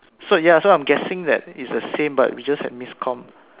so ya so I'm guessing that is the same but we just had miscomm